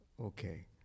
Okay